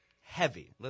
heavy